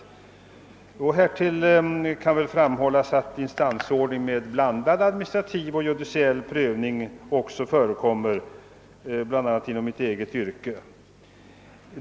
Härtill kan framhållas att instansordningen med blandad administrativ och judiciell prövning också förekommer, bl.a. inom mitt eget yrke.